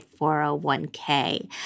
401K